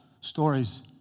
stories